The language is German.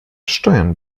steuern